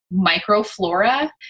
microflora